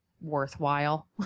worthwhile